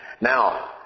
Now